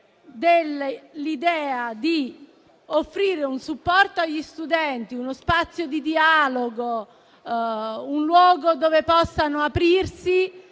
Dell'idea di offrire un supporto agli studenti, uno spazio di dialogo, un luogo dove possano aprirsi